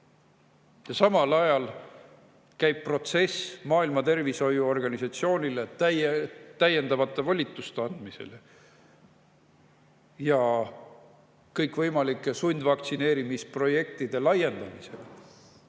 Samal ajal käib protsess Maailma [Terviseorganisatsioonile] täiendavate volituste andmiseks ja kõikvõimalike sundvaktsineerimise projektide laiendamiseks.